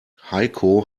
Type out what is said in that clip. heiko